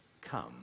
come